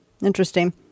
interesting